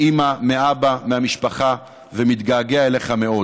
מאימא, מאבא, מהמשפחה, ומתגעגע אליך מאוד.